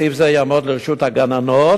תקציב זה יעמוד לרשות הגננות